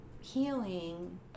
healing